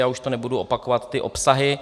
Já už to nebudu opakovat ty obsahy.